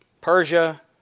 Persia